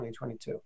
2022